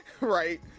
right